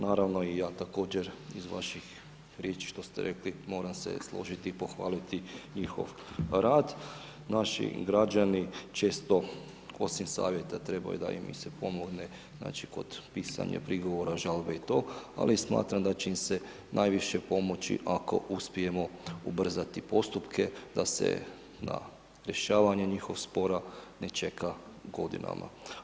Naravno i ja također iz vaših riječi što ste rekli moram se složiti i pohvaliti njihov rad, naši građani često osim savjeta trebaju da im se pomogne znači kod pisanja prigovora, žalbe i to, ali i smatram da će im se najviše pomoći ako uspijemo ubrzati postupke da se na rješavanje njihovog spora ne čeka godinama.